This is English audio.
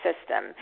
system